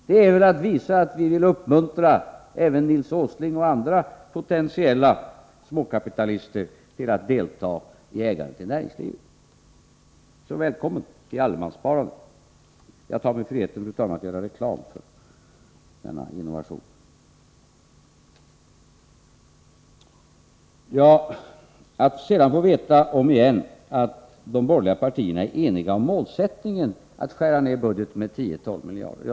Detta visar väl att vi vill uppmuntra även Nils Åsling och andra potentiella småkapitalister till att delta i ägandet i näringslivet. Så välkommen till allemanssparandet! Jag tar mig friheten, fru talman, att göra reklam för denna innovation. Vi fick sedan omigen höra att de borgerliga partierna är eniga om målsättningen att skära ned budgeten med 10-12 miljarder.